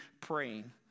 praying